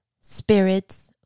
spirits